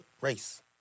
race